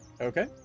okay